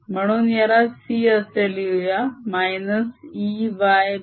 म्हणून याला c असे लिहूया Eyc